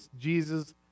Jesus